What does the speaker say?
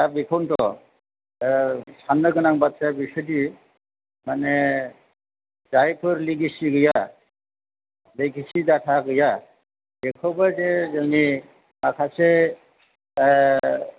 दा बेखौनोथ' साननो गोनां बाथ्राया बेसोदि माने जायफोर लेगेसि गैया लेगेसि डाटा गैया बेखौबो जे जोंनि माखासे